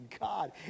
God